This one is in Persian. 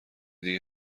دیگه